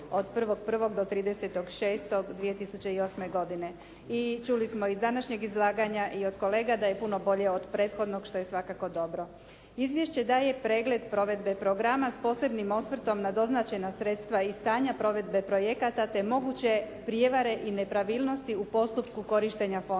od 1.1. do 30.6.2008. i čuli smo iz današnjeg izlaganja i od kolega da je puno bolje od prethodnog što je svakako dobro. Izvješće daje pregled provedbe programa s posebnim osvrtom na doznačena sredstva i stanja provedbe projekata te moguće prijevare i nepravilnosti u postupku korištenja fondova.